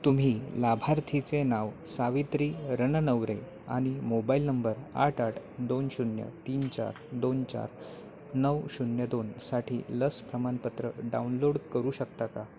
तुम्ही लाभार्थीचे नाव सावित्री रणनवरे आणि मोबाईल नंबर आठ आठ दोन शून्य तीन चार दोन चार नऊ शून्य दोन साठी लस प्रमाणपत्र डाउनलोड करू शकता का